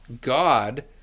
God